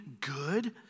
good